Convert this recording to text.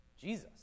Jesus